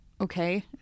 okay